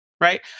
Right